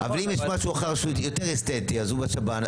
אבל אם יש משהו אחר שהוא יותר אסטטי אז הוא בשב"ן,